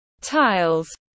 tiles